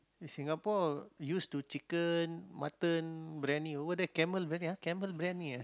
Singapore used to chicken mutton biryani over there camel biryani camel biryani ah